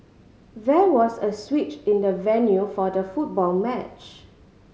there was a switch in the venue for the football match